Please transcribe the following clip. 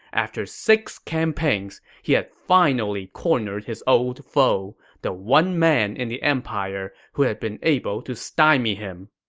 after six campaigns, he had finally cornered his old foe, the one man in the empire who had been able to stymie him.